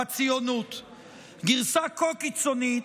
; גרסה כה קיצונית,